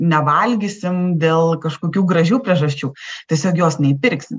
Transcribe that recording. nevalgysim dėl kažkokių gražių priežasčių tiesiog jos neįpirksim